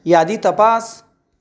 यादी तपास